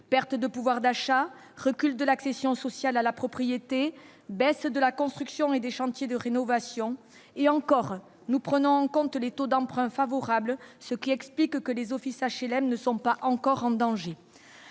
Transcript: perte de pouvoir d'achat recule de l'accession sociale à la propriété, baisse de la construction et des chantiers de rénovation et encore, nous prenons en compte les taux d'emprunt favorables, ce qui explique que les offices HLM ne sont pas encore en danger,